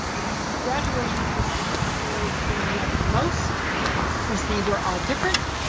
the graduations were spectacular. the thing i liked the most was they were all different.